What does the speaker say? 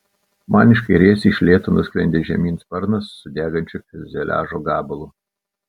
man iš kairės iš lėto nusklendė žemyn sparnas su degančiu fiuzeliažo gabalu